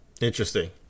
Interesting